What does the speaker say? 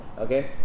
okay